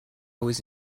was